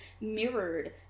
mirrored